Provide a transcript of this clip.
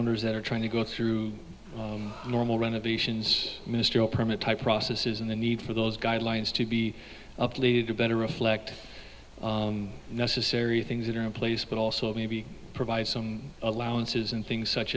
owners that are trying to go through normal renovations ministerial permit type processes and the need for those guidelines to be lead to better reflect the necessary things that are in place but also maybe provide some allowances and things such